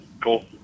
Cool